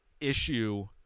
issue